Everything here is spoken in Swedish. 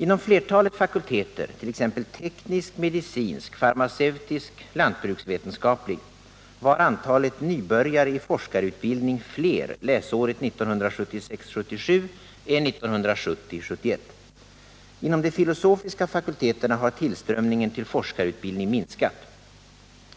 Inom flertalet fakulteter — t.ex. teknisk, medicinsk, farmaceutisk, lantbruksvetenskaplig — var antalet nybörjare i forskarutbildning fler läsåret 1976 71. Inom de filosofiska fakulteterna har tillströmningen till forskarutbildning minskat.